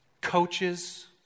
coaches